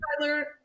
Tyler